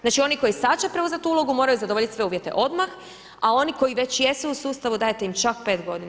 Znači oni koji sad će preuzet ulogu moraju zadovoljit sve uvjete odmah a oni koji već jesu u sustavu dajete im čak 5 godina.